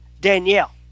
Danielle